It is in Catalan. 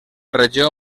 regió